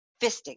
fisting